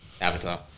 Avatar